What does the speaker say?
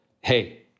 hey